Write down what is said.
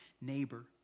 neighbor